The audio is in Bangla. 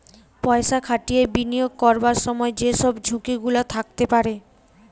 পয়সা খাটিয়ে বিনিয়োগ করবার সময় যে সব ঝুঁকি গুলা থাকতে পারে